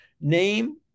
Name